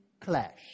clash